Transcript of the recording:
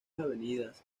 avenidas